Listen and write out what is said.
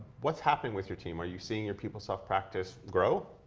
what's happening with your team are you seeing your peoplesoft practice grow?